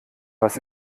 was